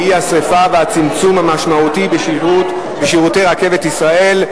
השרפה והצמצום הניכר בשירותי "רכבת ישראל",